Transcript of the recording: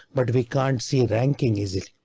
but we can't see ranking easily.